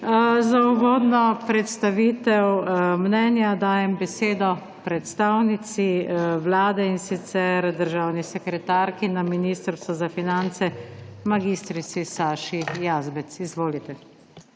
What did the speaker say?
Za uvodno predstavitev mnenja dajem besedo predstavnici Vlade, in sicer državni sekretarki na Ministrstvu za finance mag. Saši Jazbec. Izvolite.